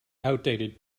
outdated